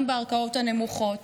גם בערכאות הנמוכות,